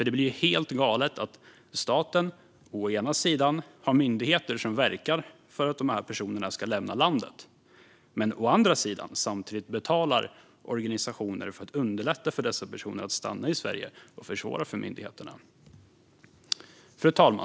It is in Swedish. Det blir ju helt galet om staten å ena sidan har myndigheter som verkar för att de här personerna ska lämna landet, å andra sidan samtidigt betalar organisationer för att underlätta för dessa personer att stanna i Sverige och försvårar för myndigheterna. Fru talman!